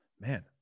Man